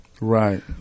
Right